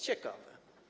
Ciekawe.